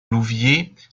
louviers